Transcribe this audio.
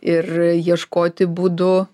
ir ieškoti būdų